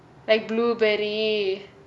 like blueberry